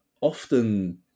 often